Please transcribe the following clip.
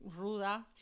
ruda